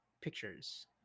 pictures